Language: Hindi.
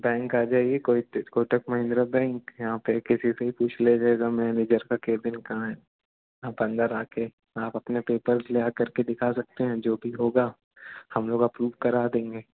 बैंक आ जाइए कोटक महिंद्रा बैंक यहाँ पे किसी से भी पूछ लीजिएगा मेनेजर का केबिन कहाँ है आप अंदर आके आप अपने पेपर्ज़ लेआकर के दिखा सकते हैं जो भी होगा हम लोग अप्रूव करा देंगे